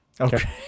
Okay